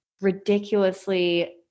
ridiculously